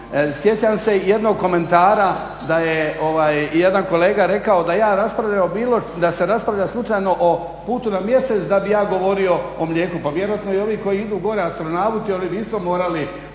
Sjećam se jednog komentara da je jedan kolega rekao da ja raspravljam, da se raspravlja slučajno o putu na mjesec da bih ja govorio o mlijeku. Pa vjerojatno i ovi koji idu gore astronauti oni bi isto morali